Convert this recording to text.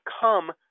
come